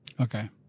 okay